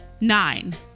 Nine